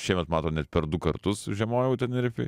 šiemet matot net per du kartus žiemojau tenerifėj